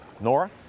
Nora